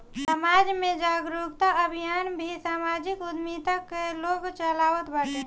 समाज में जागरूकता अभियान भी समाजिक उद्यमिता कअ लोग चलावत बाटे